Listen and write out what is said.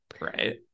Right